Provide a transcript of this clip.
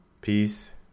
Peace